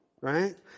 Right